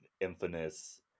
infamous